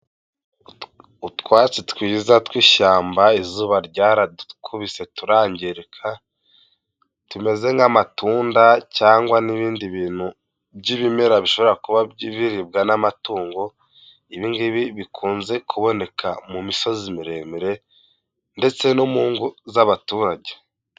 Utwatsi twiza tw’ishyamba izuba ryaradukubise turangirika, tumeze nk'amatunda cyangwa n'ibindi bintu by'ibimera bishobora kuba biribwa n'amatungo, ibingibi bikunze kuboneka mu misozi miremire ndetse no mu ngo z'abaturage.